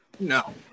No